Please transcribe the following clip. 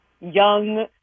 young